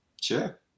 Sure